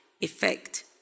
effect